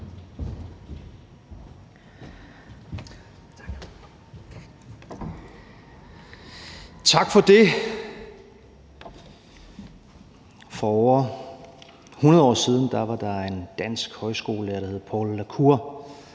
Tak for det. For 100 år siden var der en dansk højskolelærer, der hed Poul la Cour,